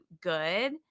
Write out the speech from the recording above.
good